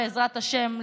בעזרת השם,